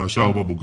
והשאר עם הבוגרים.